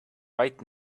right